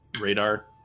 radar